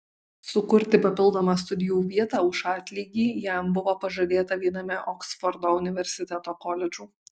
sukurti papildomą studijų vietą už atlygį jam buvo pažadėta viename oksfordo universiteto koledžų